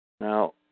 Now